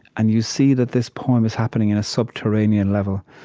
and you see that this poem is happening in a subterranean level.